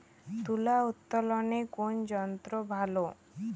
তুলা উত্তোলনে কোন যন্ত্র ভালো?